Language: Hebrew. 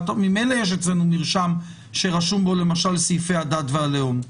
שממילא יש אצלנו מרשם שרשומים בו למשל סעיפי הדת והלאום,